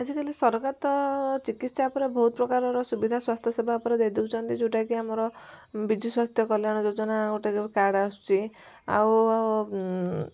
ଆଜିକାଲି ସରକାର ତ ଚିକିତ୍ସା ଉପରେ ବହୁତ ପ୍ରକାରର ସୁବିଧା ସ୍ୱାସ୍ଥ୍ୟସେବା ଉପରେ ଦେଇ ଦଉଛନ୍ତି ଯେଉଁଟାକି ଆମର ବିଜୁ ସ୍ୱାସ୍ଥ୍ୟ କଲ୍ୟାଣ ଯୋଜନା ଗୋଟେ କାର୍ଡ଼ ଆସୁଛି ଆଉ